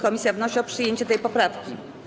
Komisja wnosi o przyjęcie tej poprawki.